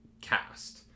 cast